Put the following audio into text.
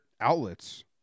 outlets